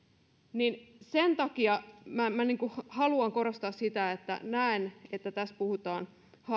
sen takia haluan korostaa sitä että näen että tässä puhutaan